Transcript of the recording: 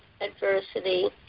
adversity